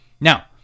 Now